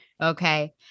Okay